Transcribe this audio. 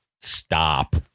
stop